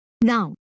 Now